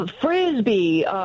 Frisbee